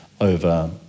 over